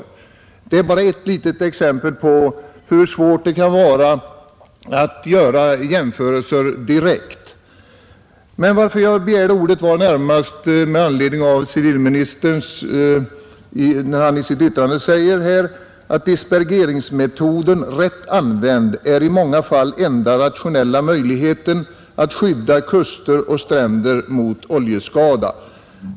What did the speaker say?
Det är bara ett litet exempel på hur svårt det kan vara att göra direkta jämförelser. Men anledningen till att jag begärde ordet var närmast att civilministern i sitt svar sade, ”att dispergeringsmetoden, rätt använd, är den i många fall enda rationella möjligheten att skydda kuster och stränder mot oljeskada”.